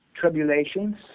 tribulations